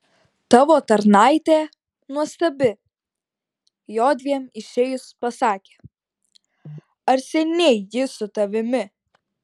tavo tarnaitė nuostabi jodviem išėjus pasakė ar seniai ji su tavimi